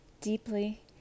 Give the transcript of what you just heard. deeply